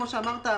כמו שאמרת,